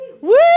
Woo